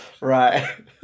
right